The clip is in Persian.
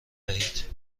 دهید